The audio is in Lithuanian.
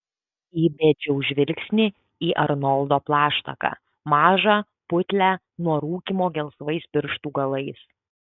įbedžiau žvilgsnį į arnoldo plaštaką mažą putlią nuo rūkymo gelsvais pirštų galais